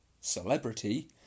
celebrity